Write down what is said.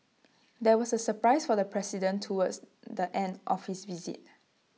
there was A surprise for the president towards the end of his visit